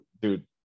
dude